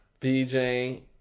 BJ